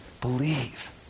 believe